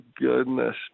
goodness